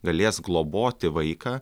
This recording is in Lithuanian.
galės globoti vaiką